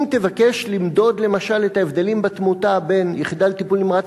אם תבקש למדוד למשל את ההבדלים בתמותה בין יחידה לטיפול נמרץ